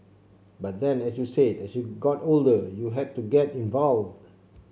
but then as you said as you got older you had to get involved